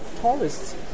tourists